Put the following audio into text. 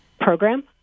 program